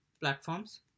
platforms